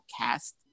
cast